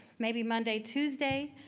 maybe monday, tuesday,